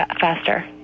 faster